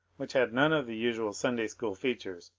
which had none of the usual sunday-school features,